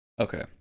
okay